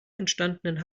entstandenen